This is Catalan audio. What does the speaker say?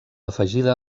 afegida